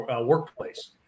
workplace